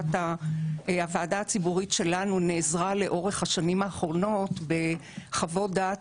הוועדה הציבורית שלנו נעזרה לאורך השנים האחרונות בחוות דעת